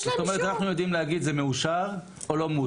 כלומר אנחנו יודעים להגיד אם זה מאושר או לא מאושר.